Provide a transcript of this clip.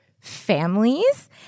families